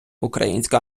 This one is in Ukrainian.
українська